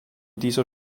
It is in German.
dieser